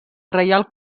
reial